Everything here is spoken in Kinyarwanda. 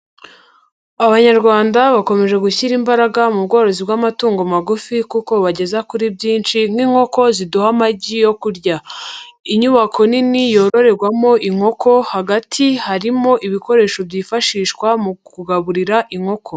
Abanyarwanda bakomeje gushyira imbaraga mu bworozi bw'amatungo magufi kuko bageza kuri byinshi nk'inkoko ziduha amagi yo kurya. Inyubako nini yororerwamo inkoko hagati harimo ibikoresho byifashishwa mu kugaburira inkoko.